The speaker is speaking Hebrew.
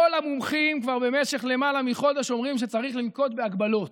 כל המומחים כבר במשך למעלה מחודש אומרים שצריך לנקוט הגבלות,